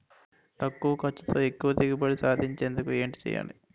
తక్కువ ఖర్చుతో ఎక్కువ దిగుబడి సాధించేందుకు ఏంటి చేయాలి?